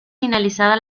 finalizada